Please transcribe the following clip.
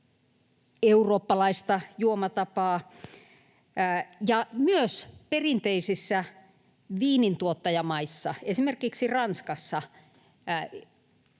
eurooppalaista juomatapaa. Myös perinteisissä viinintuottajamaissa, esimerkiksi Ranskassa,